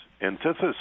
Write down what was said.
antithesis